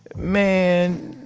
man,